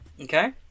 Okay